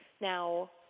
Now